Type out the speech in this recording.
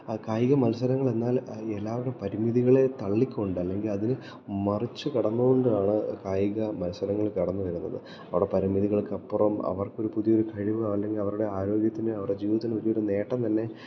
ആ കായിക മത്സരങ്ങളെന്നാൽ എല്ലാവരും പരിമിതികളെ തള്ളിക്കൊണ്ട് അല്ലെങ്കിൽ അതിനെ മറിച്ച് കടന്ന്കൊണ്ടാണ് കായിക മത്സരങ്ങൾ കടന്ന് വരുന്നത് അവിടെ പരിമിതികൾക്കപ്പുറം അവർക്കൊരു പുതിയൊരു കഴിവോ അല്ലെങ്കിൽ അവരുടെ ആരോഗ്യത്തിന് അവരുടെ ജീവിത്തിന് പുതിയൊരു നേട്ടം തന്നെ